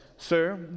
Sir